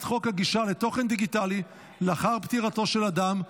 חוק הגישה לתוכן דיגיטלי לאחר פטירתו של אדם,